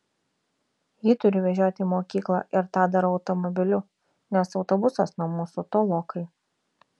jį turiu vežioti į mokyklą ir tą darau automobiliu nes autobusas nuo mūsų tolokai